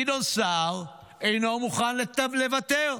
גדעון סער אינו מוכן לוותר,